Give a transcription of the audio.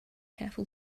careful